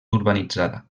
urbanitzada